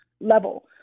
level